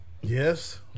Yes